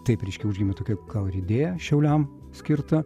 taip reiškia užgimė tokia idėja šiauliam skirta